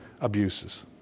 abuses